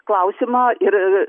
klausimą ir